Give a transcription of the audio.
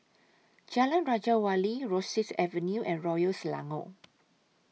Jalan Raja Wali Rosyth Avenue and Royal Selangor